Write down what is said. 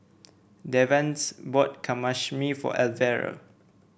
Davante's bought Kamameshi for Elvera